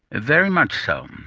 very much so.